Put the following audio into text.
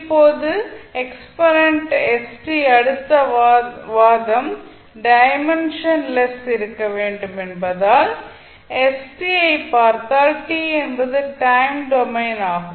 இப்போது exponent st அடுக்கு வாதம் டைமென்ஷன் லெஸ் இருக்க வேண்டும் என்பதால் st ஐப் பார்த்தால் t என்பது டைம் டொமைன் ஆகும்